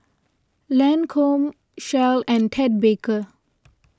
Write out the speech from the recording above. Lancome Shell and Ted Baker